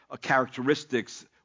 characteristics